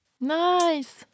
Nice